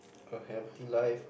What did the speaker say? a healthy life